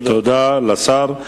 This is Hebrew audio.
תודה לשר.